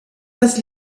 das